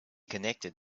connected